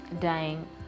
dying